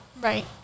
Right